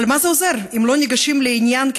אבל מה זה עוזר אם לא ניגשים לעניין כראוי?